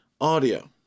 audio